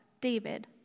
David